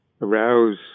arouse